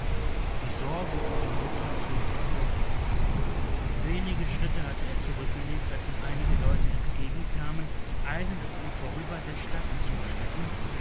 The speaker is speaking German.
die sorge um die mutter trieb ihn vorwärts wenige schritte hatte er zurückgelegt als ihm einige leute entgegenkamen die eilend an ihm vorüber der stadt zuschritten